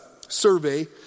survey